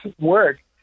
work